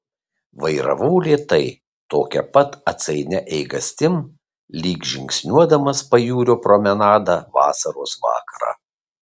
vairavau lėtai tokia pat atsainia eigastim lyg žingsniuodamas pajūrio promenada vasaros vakarą